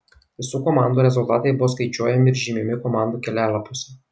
visų komandų rezultatai buvo skaičiuojami ir žymimi komandų kelialapiuose